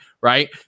right